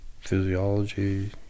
physiology